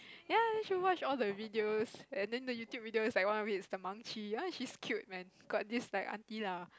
ya then she watch all the videos and then the YouTube videos like one of it is the Maangchi ya she's cute man got this like aunty lah